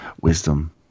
wisdom